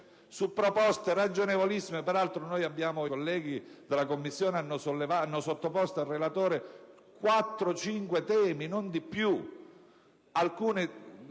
su proposte ragionevolissime. Peraltro, i colleghi della Commissione hanno sottoposto al relatore 4 o 5 temi, non di più,